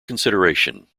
consideration